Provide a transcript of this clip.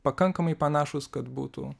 pakankamai panašūs kad būtų